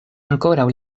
ankoraŭ